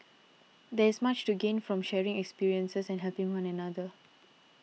there is much to gain from the sharing of experiences and helping one another